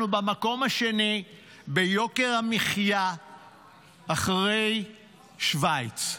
אנחנו במקום השני ביוקר המחיה אחרי שווייץ.